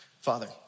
Father